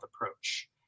approach